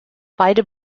beide